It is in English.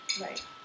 Right